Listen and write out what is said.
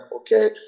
Okay